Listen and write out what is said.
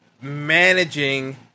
managing